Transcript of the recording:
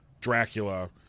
Dracula